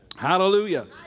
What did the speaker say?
Hallelujah